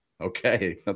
Okay